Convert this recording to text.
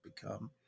become